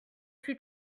suis